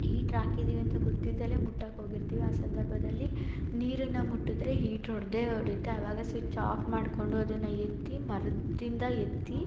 heater ಹಾಕಿದ್ದೀವಿ ಅಂತ ಗೊತ್ತಿಲ್ಲದೇನೆ ಮುಟ್ಟಕ್ಕೆ ಹೋಗಿರ್ತಿವಿ ಆ ಸಂದರ್ಭದಲ್ಲಿ ನೀರನ್ನು ಮುಟ್ಟಿದರೆ ಹೀಟ್ರ್ ಒಡ್ದೆ ಒಡೆಯುತ್ತೆ ಆವಾಗ ಸ್ವಿಚ್ ಆಫ್ ಮಾಡ್ಕೊಂಡು ಅದನ್ನು ಎತ್ತಿ ಮರದಿಂದ ಎತ್ತಿ